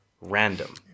random